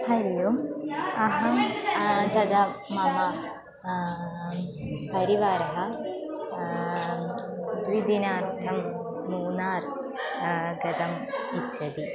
हरिः ओम् अहं तदा मम परिवारः द्विदिनार्थं मूनार् गतम् इच्छति